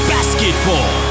Basketball